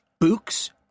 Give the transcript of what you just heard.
Book's